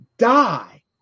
die